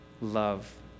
love